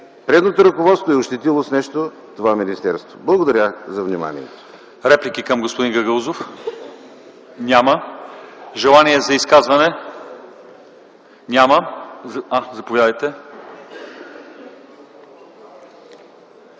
предното ръководство е ощетило с нещо това министерство. Благодаря за вниманието.